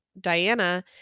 Diana